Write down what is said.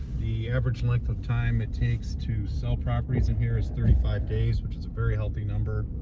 the average length of time it takes to sell properties in here is thirty five days which is a very healthy number.